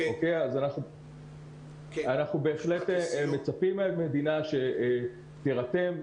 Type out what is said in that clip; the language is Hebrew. אנחנו בהחלט מצפים מהמדינה שתירתם.